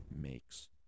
makes